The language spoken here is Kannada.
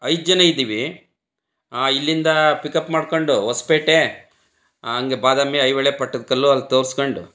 ಐದು ಜನ ಇದ್ದೀವಿ ಇಲ್ಲಿಂದ ಪಿಕಪ್ ಮಾಡ್ಕೊಂಡು ಹೊಸ್ಪೇಟೆ ಹಂಗೆ ಬಾದಾಮಿ ಐಹೊಳೆ ಪಟ್ಟದ ಕಲ್ಲು ಅಲ್ಲಿ ತೋರ್ಸಿಕೊಂಡು